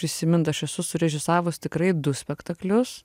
prisimint aš esu surežisavus tikrai du spektaklius